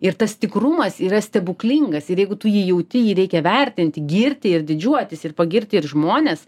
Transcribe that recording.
ir tas tikrumas yra stebuklingas ir jeigu tu jį jauti jį reikia vertinti girti ir didžiuotis ir pagirti ir žmones